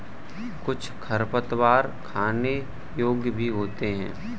कुछ खरपतवार खाने योग्य भी होते हैं